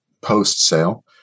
post-sale